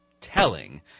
telling